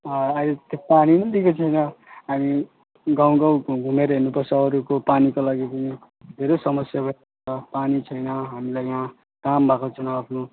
अहिले त्यो पानी पनि दिएको छैन अनि गाउँ गाउँ घुमेर हिँड्नुपर्छ अरूको पानीको लागि पनि धेरै समस्या भएर पानी छैन हामीलाई यहाँ काम भएको छैन आफ्नो